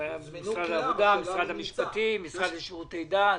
משרד העבודה, משרד המשפטים, המשרד לשירותי דת,